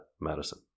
Madison